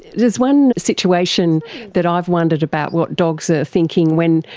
there's one situation that i've wondered about, what dogs are thinking when,